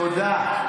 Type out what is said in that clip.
תודה.